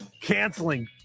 canceling